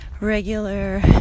regular